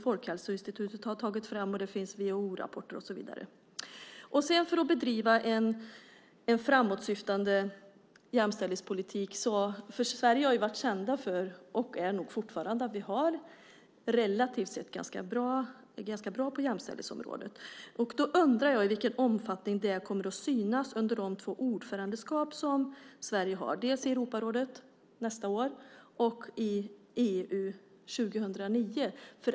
Folkhälsoinstitutet har tagit fram rapporter, och det finns WHO-rapporter och så vidare. Sverige har varit känt för och är nog fortfarande känt för att vi relativt sett är ganska bra på jämställdhetsområdet. Jag undrar i vilken omfattning det kommer att synas under de två ordförandeskap som Sverige kommer att ha i Europarådet nästa år och i EU 2009.